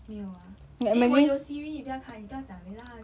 没有啊 eh 我有 siri 不要开你不要讲等一下它